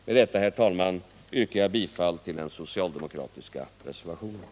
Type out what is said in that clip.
Med detta, herr talman, yrkar jag bifall till de socialdemokratiska reservationerna.